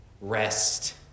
rest